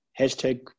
hashtag